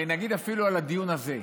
הרי נגיד אפילו על הדיון הזה,